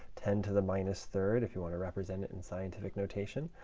ten to the minus third if you want to represent it in scientific notation.